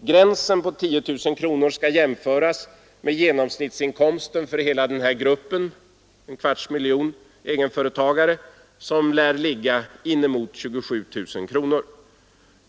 Gränsen på 10 000 kronor skall jämföras med genomsnittsinkomsten för hela gruppen, ungefär en kvarts miljon egenföretagare, som lär ligga inemot 27 000 kronor.